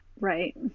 right